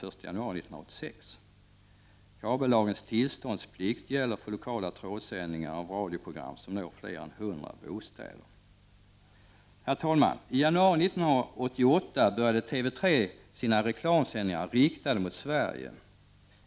I januari 1988 började TV3 sina reklamsändningar, riktade mot Sverige.